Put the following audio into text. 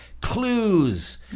Clues